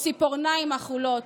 ציפורניים אכולות,